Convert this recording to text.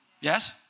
Yes